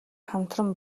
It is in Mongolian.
хамтран